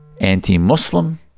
anti-Muslim